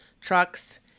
trucks